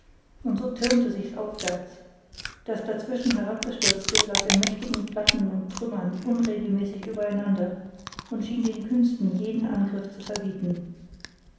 und so türmte sichs aufwärts das sazwischen herabgestürzte lag in mächtigen platten und trümmern unregelmäßig übereinander und schien dem kühnsten jeden angriff zu verbieten